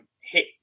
hit